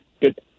good